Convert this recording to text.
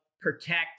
protect